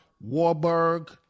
Warburg